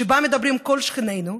שבה מדברים כל שכנינו,